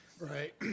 right